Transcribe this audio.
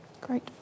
Great